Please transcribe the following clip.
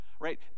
Right